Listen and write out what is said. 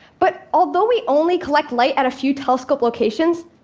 but although we only collect light at a few telescope locations,